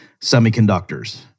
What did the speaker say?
semiconductors